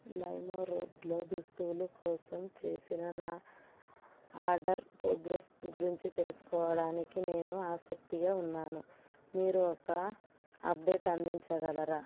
లైమ్రోడ్లో దుస్తువులు కోసం చేసిన నా ఆర్డర్ ప్రోగ్రెస్ గురించి తెలుసుకోవడానికి నేను ఆసక్తిగా ఉన్నాను మీరు ఒక అప్డేట్ అందించగలరా